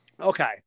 Okay